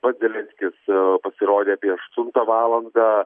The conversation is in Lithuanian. pats zelenskis pasirodė apie aštuntą valandą